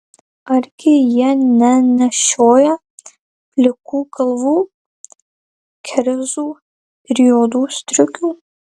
argi jie nenešioja plikų galvų kerzų ir juodų striukių